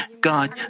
God